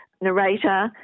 narrator